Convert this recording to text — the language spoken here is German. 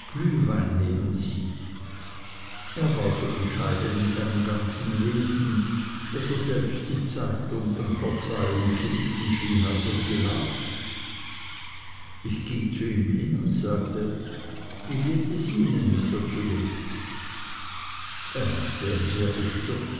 glühwein neben sich er war so bescheiden in seinem ganzen wesen daß er selbst die zeitung um verzeihung zu bitten schien als er sie las ich ging zu ihm hin und sagte wie geht es ihnen mr chillip er machte ein sehr bestürztes